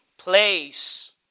Place